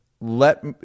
let